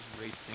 racing